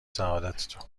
سعادتتون